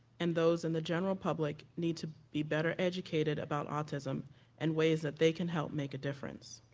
and those in the general public need to be better educated about autism and ways that they can help make a difference.